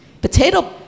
potato